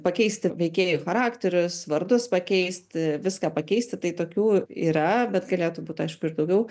pakeisti veikėjų charakterius vardus pakeisti viską pakeisti tai tokių yra bet galėtų būti aišku ir daugiau